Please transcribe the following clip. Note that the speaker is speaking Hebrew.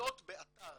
מופיעות באתר.